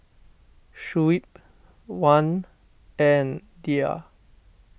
Shuib Wan and Dhia